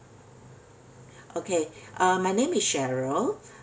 okay uh my name is cheryl